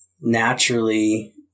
naturally